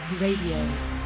Radio